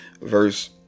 verse